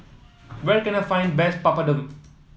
where can I find best Papadum